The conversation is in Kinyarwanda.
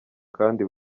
kandi